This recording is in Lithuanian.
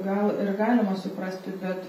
gal ir galima suprasti bet